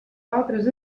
altres